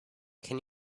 can